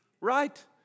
Right